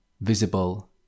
Visible